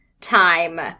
time